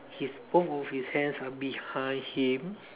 his both of his hands are behind him